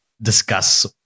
discuss